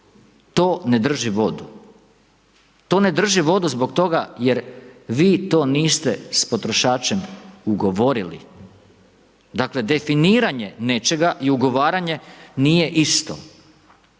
to ne drži vodu, to ne drži vodu zbog toga jer vi to niste s potrošačem ugovorili. Dakle definiranje nečega i ugovaranje nije isto.